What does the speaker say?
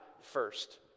first